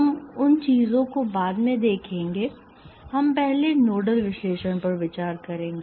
हम उन चीजों को बाद में देखेंगे हम पहले नोडल विश्लेषण पर विचार करेंगे